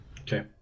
Okay